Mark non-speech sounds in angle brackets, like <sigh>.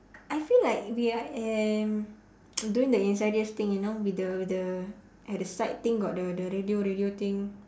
I feel like we are at <noise> doing the insidious thing you know with the with the at the side thing got the the radio radio thing